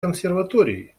консерватории